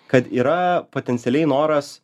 kad yra potencialiai noras